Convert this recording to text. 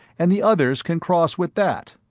and the others can cross with that.